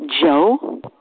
Joe